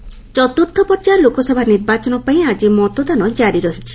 polling ଚତ୍ରର୍ଥ ପର୍ଯ୍ୟାୟ ଲୋକସଭା ନିର୍ବାଚନ ପାଇଁ ଆଜି ମତଦାନ କାରି ରହିଛି